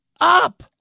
up